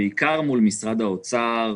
בעיקר מול משרד האוצר,